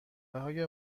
های